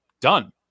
done